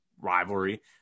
rivalry